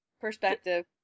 perspective